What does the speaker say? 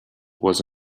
was